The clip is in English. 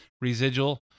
residual